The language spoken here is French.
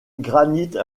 granite